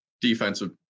defensive